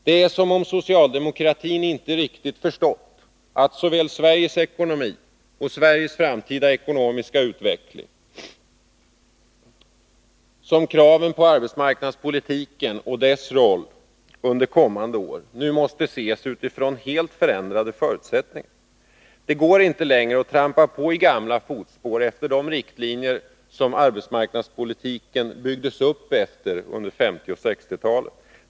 Det är som om socialdemokratin inte riktigt förstått att såväl Sveriges ekonomi och framtida ekonomiska utveckling som kraven på arbetsmarknadspolitiken och dess roll under kommande år nu måste ses utifrån helt förändrade förutsättningar. Det går inte längre att trampa på i gamla fotspår enligt de riktlinjer efter vilka arbetsmarknadspolitiken byggdes upp under 1950 och 1960-talet.